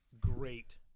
great